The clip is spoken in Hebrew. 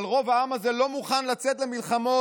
אבל רוב העם הזה לא מוכן לצאת למלחמות